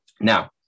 Now